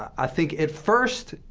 i think at first,